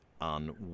on